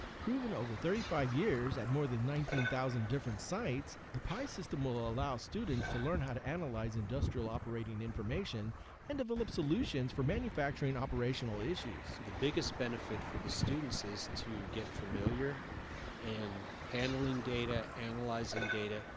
proven over thirty five years at more than nineteen thousand different sites, the pi system will allow students to learn how to analyze industrial operating information and develop solutions for manufacturing operational issues. the biggest benefit for the students is to get familiar in and handling data, analyzing data,